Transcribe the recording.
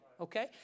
okay